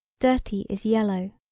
dirty is yellow.